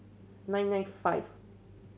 nine nine five